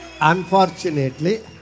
Unfortunately